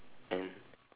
and